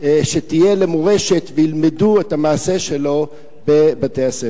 שתהיה למורשת, וילמדו את המעשה שלו בבתי-הספר.